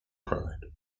pride